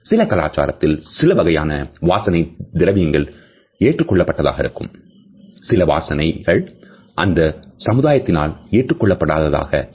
சில கலாச்சாரத்தில் சில வகையான வாசனை திரவியங்கள் ஏற்றுக் கொள்ளப்பட்டதாக இருக்கும் சில வாசனைகள் அந்த சமுதாயத்தினால் ஏற்றுக்கொள்ளப்படாத தாக இருக்கும்